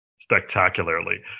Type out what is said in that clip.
spectacularly